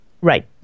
Right